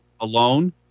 alone